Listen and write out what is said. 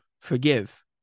forgive